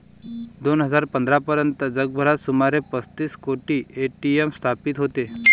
दोन हजार पंधरा पर्यंत जगभरात सुमारे पस्तीस कोटी ए.टी.एम स्थापित होते